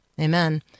Amen